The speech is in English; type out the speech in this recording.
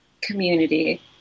community